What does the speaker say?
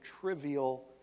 trivial